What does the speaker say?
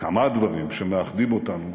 כמה דברים שמאחדים אותנו